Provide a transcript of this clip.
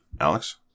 Alex